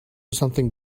something